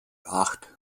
acht